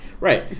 Right